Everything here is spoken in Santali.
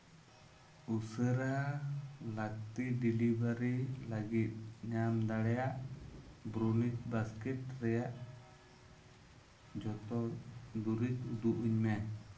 ᱩᱥᱟᱹᱨᱟ ᱞᱟᱹᱠᱛᱤ ᱰᱮᱞᱤᱵᱷᱟᱨᱤ ᱞᱟᱹᱜᱤᱫ ᱧᱟᱢ ᱫᱟᱲᱮᱭᱟᱜ ᱵᱨᱩᱱᱤᱠ ᱵᱟᱥᱠᱮᱴ ᱨᱮᱭᱟᱜ ᱡᱚᱛᱚ ᱫᱩᱨᱤᱵ ᱩᱫᱩᱜᱽ ᱤᱧ ᱢᱮ